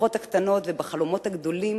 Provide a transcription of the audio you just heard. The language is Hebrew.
בשמחות הקטנות ובחלומות הגדולים